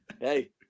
Hey